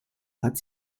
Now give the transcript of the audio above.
hat